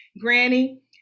Granny